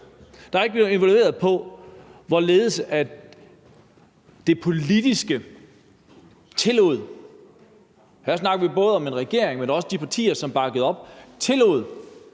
Der er ikke blevet evalueret på, hvorledes det politiske niveau – her snakker vi både om regeringen, men også om de partier, som bakkede op – tillod,